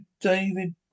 David